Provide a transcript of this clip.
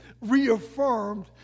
reaffirmed